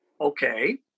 Okay